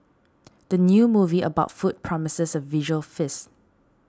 the new movie about food promises a visual feast